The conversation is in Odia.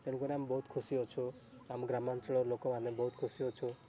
ତେଣୁ କରି ଆମେ ବହୁତ ଖୁସି ଅଛୁ ଆମ ଗ୍ରାମାଞ୍ଚଳର ଲୋକ ମାନେ ବହୁତ ଖୁସି ଅଛୁ